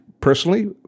personally